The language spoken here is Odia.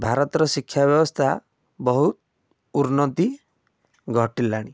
ଭାରତର ଶିକ୍ଷା ବ୍ୟବସ୍ଥା ବହୁତ ଉର୍ଣ୍ଣତି ଘଟିଲାଣି